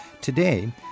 Today